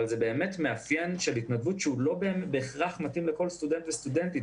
אבל זה מאפיין של התנדבות שהוא לא בהכרח מתאים לכל סטודנט וסטודנטית.